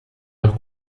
heure